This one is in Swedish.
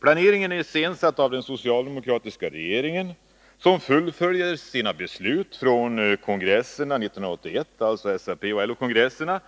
Planeringen är iscensatt av den socialdemokratiska regeringen som fullföljer beslut från SAP och LO-kongresserna 1981